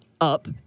up